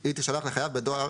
היא תישלח לחייב בדואר".